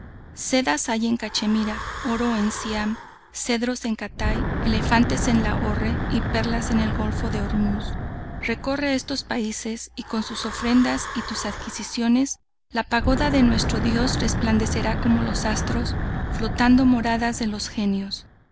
sedas hay en cachemira oro en siam cedros en katay elefantes en lahorre y perlas en el golfo de ormuz recorre estos países y con sus ofrendas y tus adquisiciones la pagoda de nuestro dios resplandecerá como los astros flotando moradas de los genios